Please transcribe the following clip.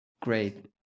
great